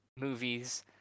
movies